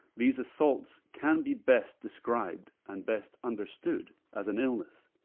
these assaults can be best described and best understood as an illness,